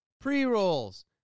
pre-rolls